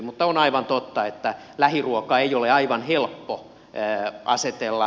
mutta on aivan totta että lähiruoka ei ole aivan helppo asetella